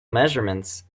measurements